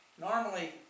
Normally